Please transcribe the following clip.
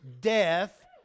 death